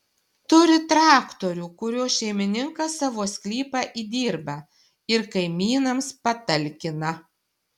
turi traktorių kuriuo šeimininkas savo sklypą įdirba ir kaimynams patalkina